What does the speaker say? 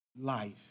life